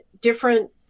different